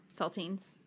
Saltines